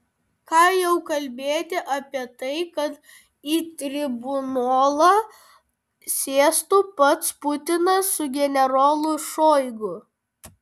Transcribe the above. ką jau kalbėti apie tai kad į tribunolą sėstų pats putinas su generolu šoigu